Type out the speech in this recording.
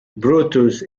brutus